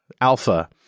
Alpha